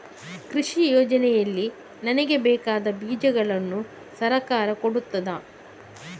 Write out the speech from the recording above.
ಕೃಷಿ ಯೋಜನೆಯಲ್ಲಿ ನನಗೆ ಬೇಕಾದ ಬೀಜಗಳನ್ನು ಸರಕಾರ ಕೊಡುತ್ತದಾ?